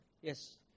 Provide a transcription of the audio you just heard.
Yes